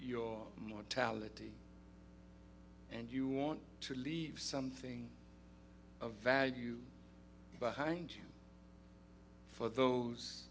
your mortality and you want to leave something of value behind you for those